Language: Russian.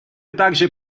тоже